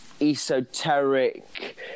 esoteric